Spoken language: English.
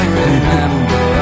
remember